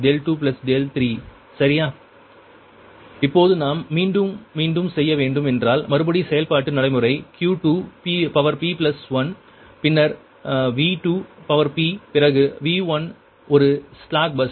Q2 |V2||V1||Y21|sin 21 21 V22Y22sin θ22 V2V3Y23sin 23 23 இப்போது நாம் மீண்டும் மீண்டும் செய்ய வேண்டும் என்றால் மறுபடி செயல்பாட்டு நடைமுறை Q2p1 பின்னர் V2p பிறகு V1 ஒரு ஸ்லாக் பஸ்